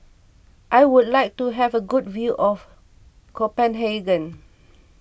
I would like to have a good view of Copenhagen